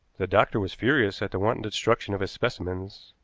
the doctor was furious at the wanton destruction of his specimens,